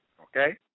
Okay